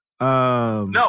No